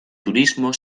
turismo